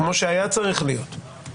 כמו שהיה צריך להיות,